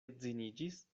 edziniĝis